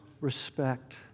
respect